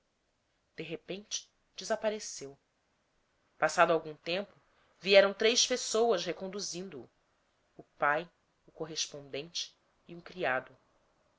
de repente desapareceu passado algum tempo vieram três pessoas reconduzindo o o pai o correspondente e um criado